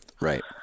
right